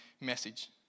message